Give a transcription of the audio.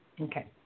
Okay